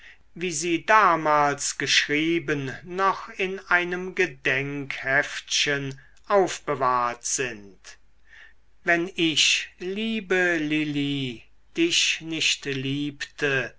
wie sie damals geschrieben noch in einem gedenkheftchen aufbewahrt sind wenn ich liebe lili dich nicht liebte